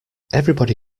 everybody